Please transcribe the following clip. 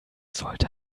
sollte